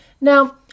Now